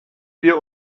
wir